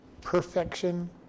perfection